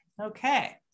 okay